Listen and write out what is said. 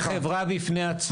היא חברה בפני עצמה.